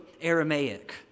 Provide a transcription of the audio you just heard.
Aramaic